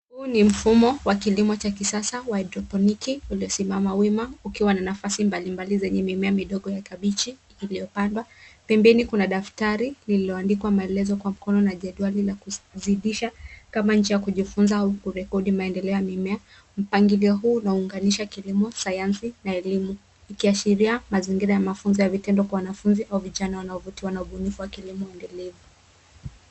Huu ni mfumo wa kilimo cha kisasa wa hidroponiki uliosimama wima ukiwa na nafasi mbalimbali yenye mimea midogo ya kabichi zilizopandwa. pembeni kuna daftari lililoandikwa maelezo kwa mkono na jedwali la kuzidisha kama njia ya kujifunza au kurekodi maendelea ya mimea. Mpango huu unaunganisha kilimo, sayansi na elimu ikiashiria mazingira ya maandishi ya vitendo kwa wanafunzi au vijana wanaovutiwa na ubunifu wa kilimo endelevu.